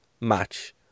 match